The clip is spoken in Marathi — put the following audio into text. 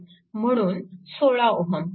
म्हणून 16 Ω